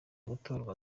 gutorwa